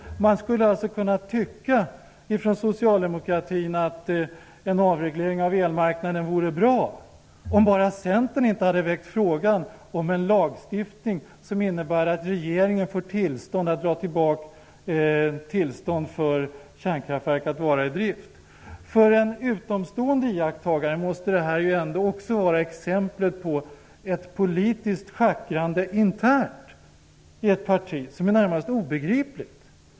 Man skulle inom socialdemokratin alltså kunna tycka att en avreglering av elmarknaden vore bra om bara Centern inte hade väckt frågan om en lagstiftning som innebär att regeringen får tillstånd att dra tillbaka kärnkraftsverkens tillstånd att vara i drift. För en utomstående iakttagare måste det här ändå vara exempel på ett internt politiskt schackrande i ett parti som är närmast obegripligt.